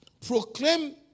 Proclaim